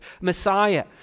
Messiah